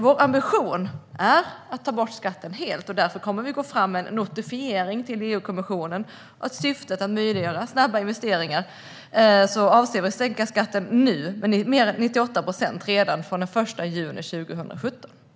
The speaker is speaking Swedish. Vår ambition är att ta bort skatten helt, och därför kommer vi att gå fram med en notifiering till EU-kommissionen att vi avser att sänka skatten med 98 procent redan från den 1 juni 2017 i syfte att möjliggöra snabba investeringar.